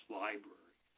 library